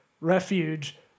refuge